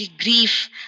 grief